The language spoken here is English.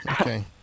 Okay